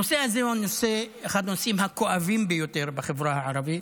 הנושא הזה הוא אחד הנושאים הכואבים ביותר בחברה הערבית.